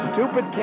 Stupid